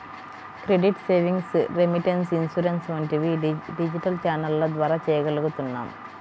credit, savings, remittance, insurance వంటివి digital ఛానెల్ల ద్వారా చెయ్యగలుగుతున్నాం